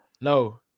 No